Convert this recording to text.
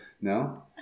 No